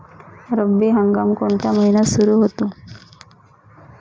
रब्बी हंगाम कोणत्या महिन्यात सुरु होतो?